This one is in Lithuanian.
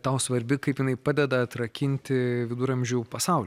tau svarbi kaip jinai padeda atrakinti viduramžių pasaulį